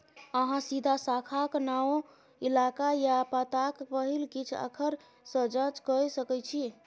अहाँ सीधा शाखाक नाओ, इलाका या पताक पहिल किछ आखर सँ जाँच कए सकै छी